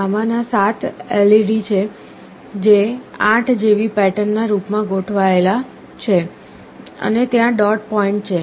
આમાંના 7 LED છે જે 8 જેવી પેટર્નના રૂપ માં ગોઠવાયેલ છે અને ત્યાં ડોટ પૉઇન્ટ છે